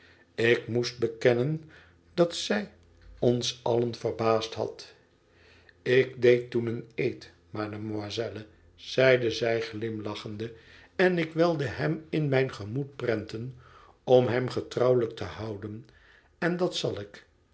ik moest bekennen dat zij ons allen verbaasd had ik deed toen een eed mademoiselle zeide zij glimlachende en ik wilde hem in mijn gemoed prenten om hem getrouwelijk te houden en dat zal ik